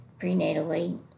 prenatally